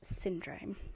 syndrome